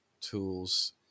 tools